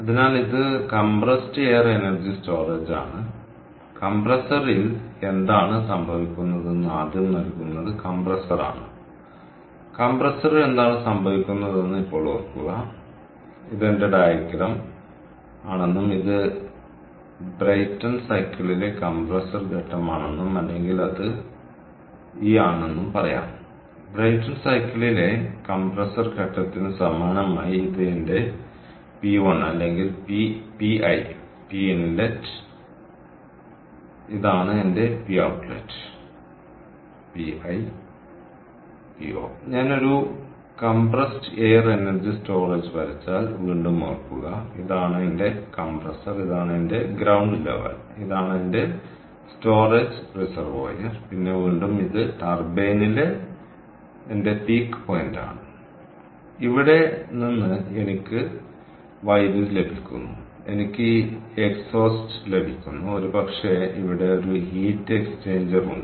അതിനാൽ ഇത് compressed air energy storage ആണ് കംപ്രസ്സറിൽ എന്താണ് സംഭവിക്കുന്നതെന്ന് ആദ്യം നൽകുന്നത് കംപ്രസ്സറാണ് കംപ്രസറിൽ എന്താണ് സംഭവിക്കുന്നതെന്ന് ഇപ്പോൾ ഓർക്കുക ഇത് എന്റെ ഡയഗ്രം ആണെന്നും ഇത് ബ്രെയ്ടൺ സൈക്കിളിലെ കംപ്രസർ ഘട്ടമാണെന്നും അല്ലെങ്കിൽ അത് ഇ ആണെന്നും പറയാം ബ്രെയ്ടൺ സൈക്കിളിലെ കംപ്രഷൻ ഘട്ടത്തിന് സമാനമായി ഇത് എന്റെ പി1 അല്ലെങ്കിൽ പി ഇൻലെറ്റ് ഇതാണ് എന്റെ പി ഔട്ട്ലെറ്റ് ഞാൻ ഒരു കംപ്രസ്ഡ് എയർ എനർജി സ്റ്റോറേജ് വരച്ചാൽ വീണ്ടും ഓർക്കുക ഇതാണ് എന്റെ കംപ്രസർ ഇതാണ് എന്റെ ഗ്രൌണ്ട് ലെവൽ ഇതാണ് എന്റെ സ്റ്റോറേജ് റിസർവോയർ പിന്നെ വീണ്ടും ഇത് ടർബൈനിലെ എന്റെ കൊടുമുടിയാണ് ഇവിടെ നിന്ന് എനിക്ക് വൈദ്യുതി ലഭിക്കുന്നു എനിക്ക് ഈ എക്സ്ഹോസ്റ്റ് ലഭിക്കുന്നു ഒരുപക്ഷേ ഇവിടെ ഒരു ഹീറ്റ് എക്സ്ചേഞ്ചർ ഉണ്ട്